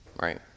right